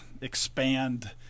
expand –